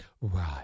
Right